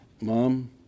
mom